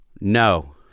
No